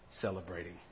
celebrating